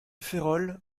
férolles